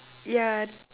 yeah